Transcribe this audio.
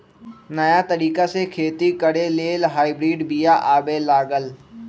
नयाँ तरिका से खेती करे लेल हाइब्रिड बिया आबे लागल